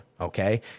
Okay